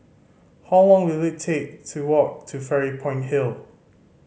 how long will it take to walk to Fairy Point Hill